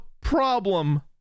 problem